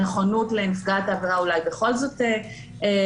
נכונות לנפגעת העבירה אולי בכל זאת להחליט